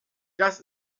das